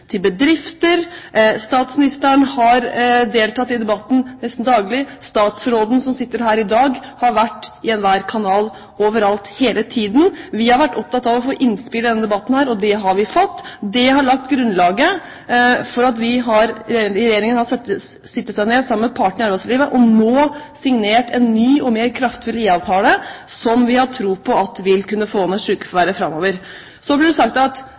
til bedrifter, statsministeren har deltatt i debatten nesten daglig, og statsråden som sitter her i dag, har vært i enhver kanal – overalt hele tiden. Vi har vært opptatt av å få innspill i denne debatten, og det har vi fått. Det har lagt grunnlaget for at Regjeringen har satt seg ned sammen med partene i arbeidslivet og nå signert en ny og mer kraftfull IA-avtale, som vi har tro på vil kunne få ned sykefraværet framover. Så blir det sagt at